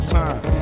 time